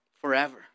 forever